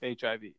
HIV